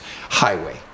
highway